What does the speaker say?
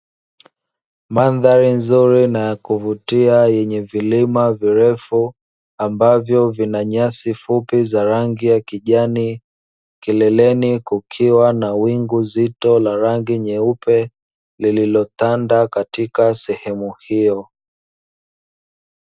Mandhari nzuri na ya kuvutia yenye vilima virefu, ambavyo vina nyasi fupi za rangi ya kijani, kileleni kukiwa na wingu zito la rangi nyeupe lililo tanda katika sehemu hiyo.